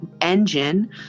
engine